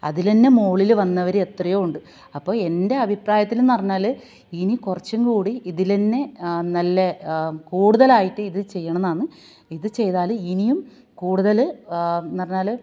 അതിലന്നെ മോളിൽ വന്നവർ എത്രയോ ഉണ്ട് അപ്പോൾ എന്റെ അഭിപ്രായത്തില്ന്നു പറഞ്ഞാൽ ഇനി കുറച്ചുംകൂടി ഇതിലന്നെ നല്ല കൂടുതലായിട്ട് ഇത് ചെയ്യണംന്നാന്ന് ഇത് ചെയ്താൽ ഇനിയും കൂടുതൽ എന്നുപറഞ്ഞാൽ